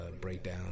breakdown